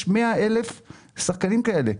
יש 100,000 שחקנים כאלה.